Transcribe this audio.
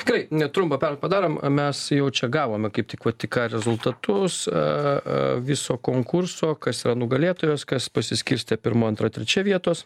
gerai trumpą padarom mes jau čia gavome kaip tik va tik ką rezultatus a viso konkurso kas yra nugalėtojas kas pasiskirstė pirma antra trečia vietos